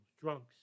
drunks